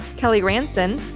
kelly ranson,